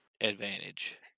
advantage